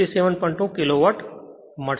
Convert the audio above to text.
2 kilowatt મળશે